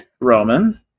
Roman